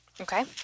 okay